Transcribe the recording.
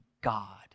God